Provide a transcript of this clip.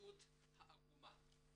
למציאות העגומה.